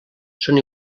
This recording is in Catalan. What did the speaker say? són